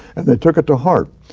and they took it to heart.